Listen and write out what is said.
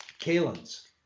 Kalins